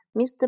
Mr